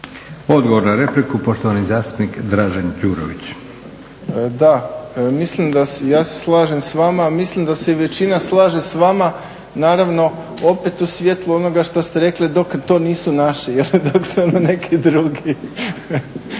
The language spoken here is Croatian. Odgovor na repliku, poštovani zastupnik Dražen Đurović. **Đurović, Dražen (HDSSB)** Da, mislim da, ja se slažem s vama, mislim da se i većina slaže s vama. Naravno opet u svijetlu onoga što ste rekli dok to nisu naši, dok su neki drugi.